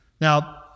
Now